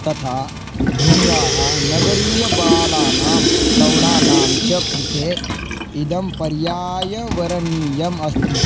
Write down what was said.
तथा भृङ्गाः नगरीयबालानां प्रौढानां च कृते इदं पर्यायवरणीयम् अस्ति